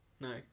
No